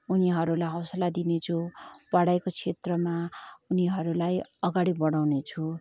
उनीहरूलाई हौसला दिनेछु पढाइको क्षेत्रमा उनीहरूलाई अगाडि बढाउनेछु